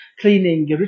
cleaning